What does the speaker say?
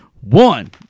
One